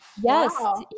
Yes